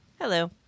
Hello